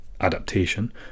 Adaptation